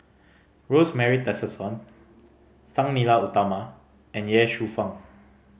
Rosemary Tessensohn Sang Nila Utama and Ye Shufang